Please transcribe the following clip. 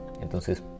Entonces